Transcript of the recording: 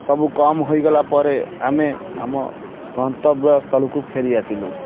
ସବୁ କମ୍ ହୋଇ ଗଲାପରେ ଆମେ ଆମ ଗନ୍ତବ୍ୟ ସ୍ଥଳକୁ ଫେରିଆସିଲୁ